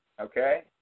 okay